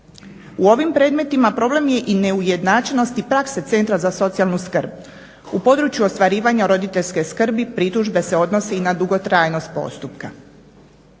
U ovim predmetima problem je i neujednačenost i prakse centra za socijalnu skrb. U području ostvarivanja roditeljske skrbi pritužbe se odnose na dugotrajnost postupka.